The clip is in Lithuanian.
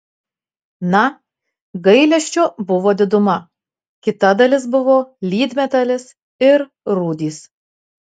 na gailesčio buvo diduma kita dalis buvo lydmetalis ir rūdys